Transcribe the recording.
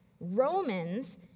Romans